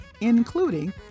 including